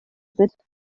bit